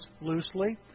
loosely